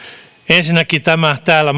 ensinnäkin tämä täällä